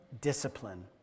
discipline